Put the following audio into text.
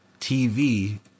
TV